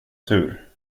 tur